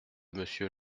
monsieur